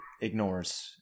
ignores